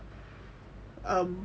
um